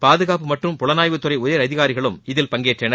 பாதுகாப்பு மற்றும் புலனாய்வு துறை உயர் அதிகாரிகளும் இதில் பங்கேற்றனர்